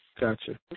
gotcha